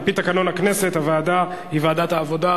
לפי תקנון הכנסת הוועדה היא ועדת העבודה,